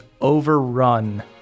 overrun